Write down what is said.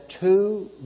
two